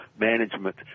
management